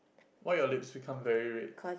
why your lips become very red